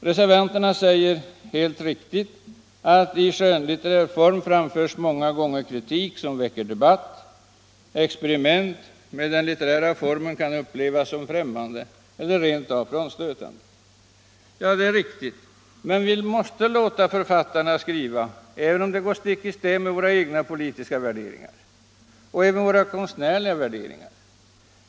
Reservanterna framhåller helt riktigt att i skönlitterär form framförs många gånger kritik som väcker debatt och att experiment med den litterära formen kan upplevas som främmande eller rent av frånstötande. Det är riktigt, men vi måste låta författarna skriva, även om det går stick i stäv med våra egna politiska och konstnärliga värderingar.